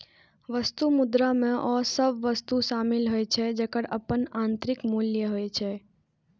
वस्तु मुद्रा मे ओ सभ वस्तु शामिल होइ छै, जेकर अपन आंतरिक मूल्य होइ छै